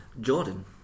Jordan